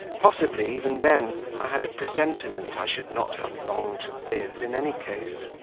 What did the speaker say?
possibly, even then, i had a presentiment i should not have long to live in any case.